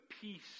peace